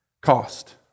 Cost